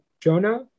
Jonah